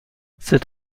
cet